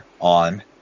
on